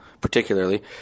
particularly